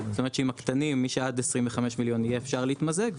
זאת אומרת שאם הקטנים מי שעד 25 מיליון יהיה אפשר להתמזג,